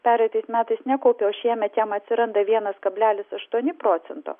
pereitais metais nekaupė o šiemet jam atsiranda vienas kablelis aštuoni procento